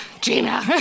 Gina